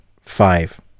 five